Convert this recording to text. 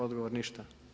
Odgovor ništa?